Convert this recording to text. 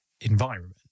environment